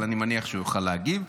אבל אני מניח שהוא יוכל להגיב.